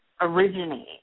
originate